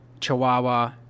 chihuahua